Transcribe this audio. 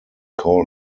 call